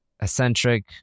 eccentric